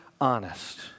honest